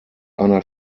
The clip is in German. einer